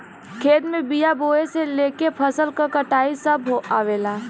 खेत में बिया बोये से लेके फसल क कटाई सभ आवेला